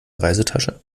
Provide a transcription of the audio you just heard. reisetasche